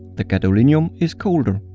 the gadolinium is colder.